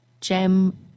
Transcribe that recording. Gem